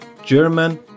German